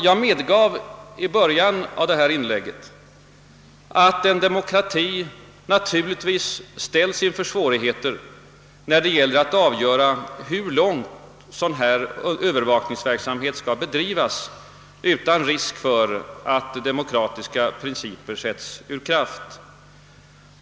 Jag medgav i början av detta inlägg att en demokrati naturligtvis ställs inför svårigheter när det gäller att avgöra hur långt en övervakningsverksamhet skall bedrivas utan risk för att demokratiska principer sätts ur kraft.